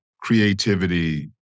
creativity